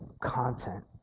content